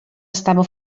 estava